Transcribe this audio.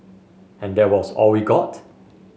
and that was all we got